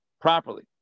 properly